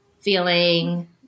feeling